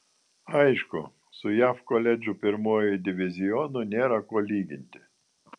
aišku su jav koledžų pirmuoju divizionu nėra ko lyginti